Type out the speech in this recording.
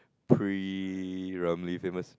pre famous